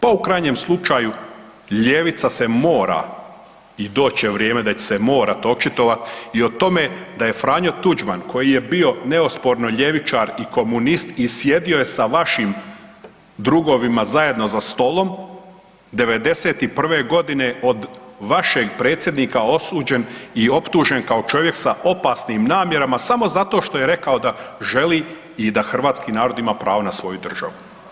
Pa u krajnjem slučaju ljevica se mora i doći će vrijeme da će se morat očitovat i o tome da je Franjo Tuđman koji je bio neosporno ljevičar i komunist i sjedio je sa vašim drugovima zajedno za stolom '91. godine od vašeg predsjednika osuđen i optužen kao čovjek sa opasnim namjerama samo zato što je rekao da želi i da hrvatski narod ima pravo na svoju državu.